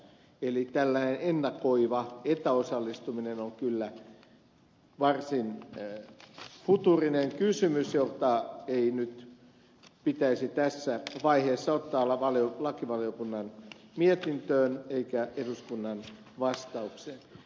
eli tällainen ennakoiva etäosallistuminen on kyllä varsin futuurinen kysymys jota ei nyt pitäisi tässä vaiheessa ottaa lakivaliokunnan mietintöön eikä eduskunnan vastaukseen